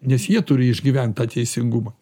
nes jie turi išgyvent tą teisingumą